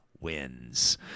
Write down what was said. wins